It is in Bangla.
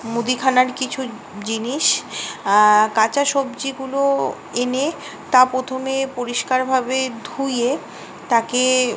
মুদিখানার কিছু জিনিস কাঁচা সবজিগুলো এনে তা প্রথমে পরিষ্কারভাবে ধুয়ে তাকে